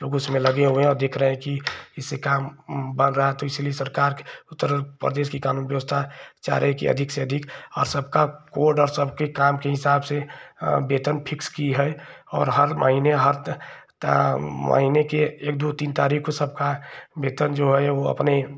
लोग उसमें लगे हुए हैं और देख रहे हैं कि इससे काम बढ़ रहा है तो इसलिए सरकार उत्तर प्रदेश की कानून व्यवस्था चाह रहे हैं कि अधिक से अधिक और सबका कोड और सबके काम के हिसाब से वेतन फिक्स की है और हर महीने हर महीने के एक दो तीन तारीख़ को सबका वेतन जो है वह अपने